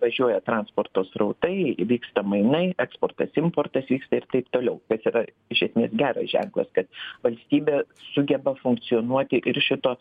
važiuoja transporto srautai vyksta mainai eksportas importas vyksta ir taip toliau kas yra iš esmės geras ženklas kad valstybė sugeba funkcionuoti ir šito